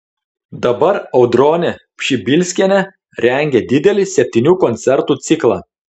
dabar audronė pšibilskienė rengia didelį septynių koncertų ciklą